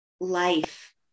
life